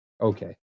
okay